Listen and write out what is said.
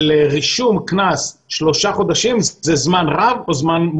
ראשית כל לפי הסדר, הזמן בנושא של טיפול בקנסות.